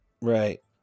Right